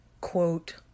quote